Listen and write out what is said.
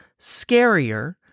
scarier